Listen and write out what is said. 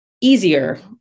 easier